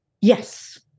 Yes